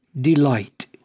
delight